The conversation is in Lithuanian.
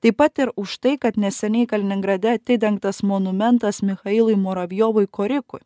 taip pat ir už tai kad neseniai kaliningrade atidengtas monumentas michailui muravjovui korikui